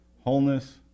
wholeness